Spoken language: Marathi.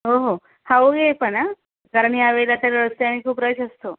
हो हो हळू ये पण हा कारण ह्यावेळेला त्या रस्त्यानी खूप रश असतो